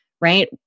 right